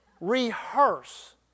rehearse